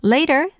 Later